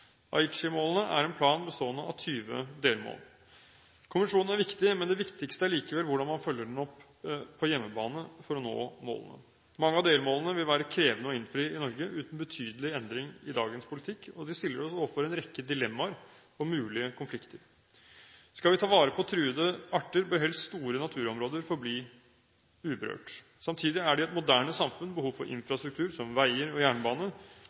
er en plan bestående av 20 delmål. Konvensjonen er viktig, men det viktigste er likevel hvordan man følger den opp på hjemmebane for å nå målene. Mange av delmålene vil være krevende å innfri i Norge uten betydelig endring i dagens politikk, og de stiller oss overfor en rekke dilemmaer og mulige konflikter. Skal vi ta vare på truede arter, bør helst store naturområder få bli uberørt. Samtidig er det i et moderne samfunn behov for infrastruktur som veier og jernbane